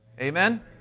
amen